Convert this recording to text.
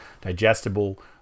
digestible